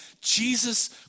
Jesus